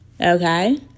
okay